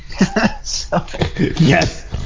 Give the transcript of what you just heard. Yes